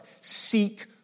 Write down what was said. seek